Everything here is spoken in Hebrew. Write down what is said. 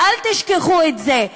ואל תשכחו את זה,